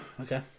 Okay